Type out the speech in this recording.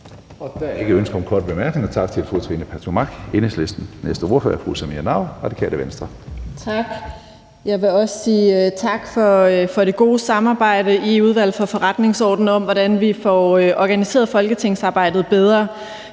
Jeg vil også sige tak for det gode samarbejde i Udvalget for Forretningsordenen om, hvordan vi får organiseret folketingsarbejdet bedre.